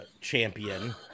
champion